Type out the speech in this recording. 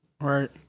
Right